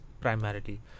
primarily